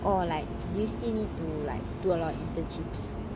or like do you still need to like do a lot of internships